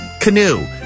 canoe